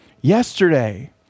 yesterday